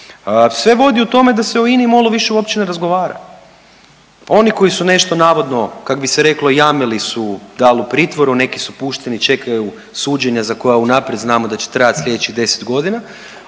Sve vodi tome da se o INA-i i MOL-u više uopće ne razgovara. Oni koji su nešto navodno kak bi se reklo jamili su dal u pritvoru, neki su pušteni, čekaju suđenja za koja unaprijed znamo da će trajat slijedećih 10.g.,